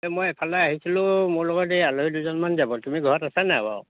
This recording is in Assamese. এই মই এফালে আহিছিলোঁ মোৰ লগত এই আলহী দুজনমান যাব তুমি ঘৰত আছা নাই বাৰু